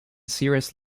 cirrus